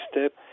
step